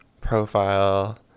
profile